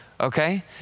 Okay